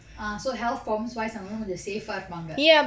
ah so health form wise அவங்க கொஞ்சம்:avanga konjam safe ah இருப்பாங்க:iruppanga